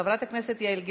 חברת הכנסת יעל גרמן.